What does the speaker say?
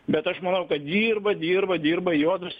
bet aš manau kad dirba dirba dirba juodus